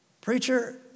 Preacher